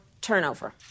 turnover